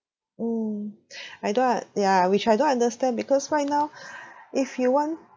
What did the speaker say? mm I don't un~ ya which I don't understand because right now if you want